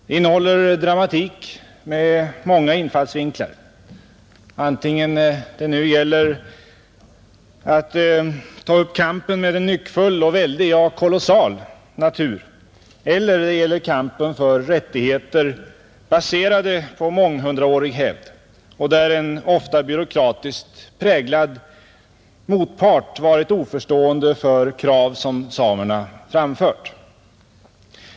Det innehåller dramatik med många infallsvinklar, antingen det nu gäller att ta upp kampen med en nyckfull och väldig, ja kolossal natur eller det gäller kampen för rättigheter baserade på månghundraårig hävd och där en ofta byråkratiskt präglad motpart varit oförstående för krav som samerna framfört.